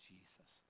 Jesus